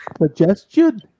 suggestion